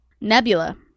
Nebula